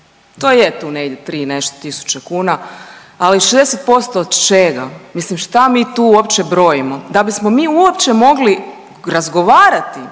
3 i nešto tisuća kuna, ali 60% od čega? Mislim, šta mi tu uopće brojimo? Da bismo mi uopće mogli razgovarati